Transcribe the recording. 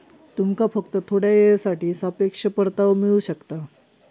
तुमका फक्त थोड्या येळेसाठी सापेक्ष परतावो मिळू शकता